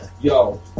yo